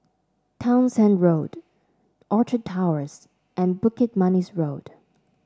Townshend Road Orchard Towers and Bukit Manis Road